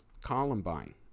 Columbine